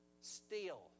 steal